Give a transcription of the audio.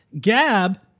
Gab